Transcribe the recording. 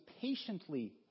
patiently